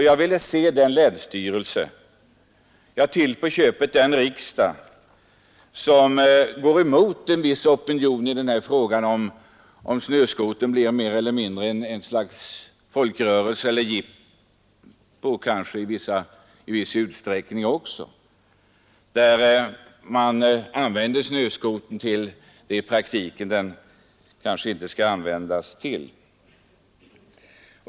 Jag vill se den länsstyrelse, ja t.o.m. den riksdag, som går emot en opinion i den här frågan, om snöskoterkörning blir mer eller mindre en folkrörelse och människor kanske använder snöskotrarna till sådant som de egentligen inte skall användas till.